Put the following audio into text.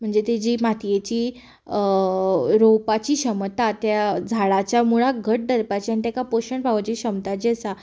म्हणजे तेजी मातयेची रोवपाची क्षमता त्या झाडाच्या मुळाक घट्ट धरपाचें आनी तेका पोषण फावोची क्षमता जी आसा